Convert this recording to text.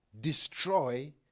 destroy